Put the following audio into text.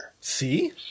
See